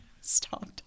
stop